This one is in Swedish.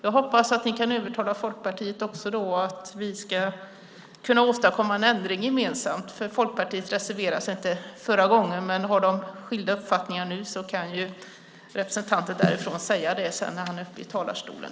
Jag hoppas att ni kan övertala Folkpartiet så att vi gemensamt ska kunna åstadkomma en ändring. Folkpartiet reserverade sig inte förra gången, men har de en annan uppfattning nu kan representanten för partiet säga det när han är uppe i talarstolen.